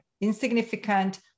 insignificant